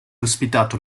ospitato